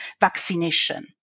vaccination